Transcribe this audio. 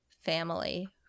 family